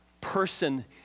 person